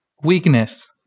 Weakness